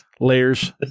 Layers